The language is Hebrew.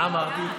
מה אמרתי?